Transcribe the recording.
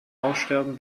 aussterben